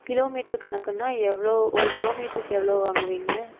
kilo metre கணக்குன்னால் எவ்வளோ ஒரு கிலோ மீட்ருக்கு எவ்வளோ வாங்குவீங்க